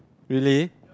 really